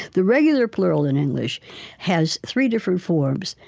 the regular plural in english has three different forms,